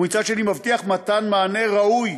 ומצד שני הוא מבטיח מתן מענה ראוי